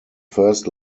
first